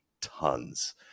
tons